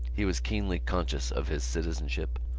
he was keenly conscious of his citizenship,